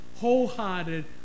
wholehearted